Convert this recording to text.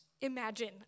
imagine